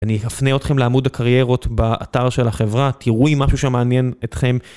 אני אפנה אתכם לעמוד הקריירות באתר של החברה, תראו אם משהו שם שמעניין אתכם.